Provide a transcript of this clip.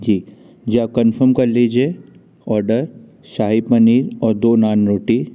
जी जी आप कन्फर्म कर लीजिए ऑर्डर शाही पनीर और दो नान रोटी